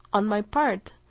on my part,